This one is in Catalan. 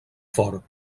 fort